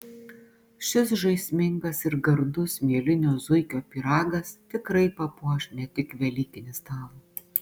šis žaismingas ir gardus mielinio zuikio pyragas tikrai papuoš ne tik velykinį stalą